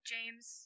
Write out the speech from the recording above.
James